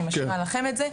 אני משאירה לכם את זה,